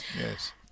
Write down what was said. yes